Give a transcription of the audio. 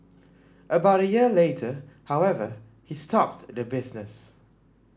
about a year later however he stopped the business